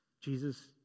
Jesus